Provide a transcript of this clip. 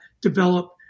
develop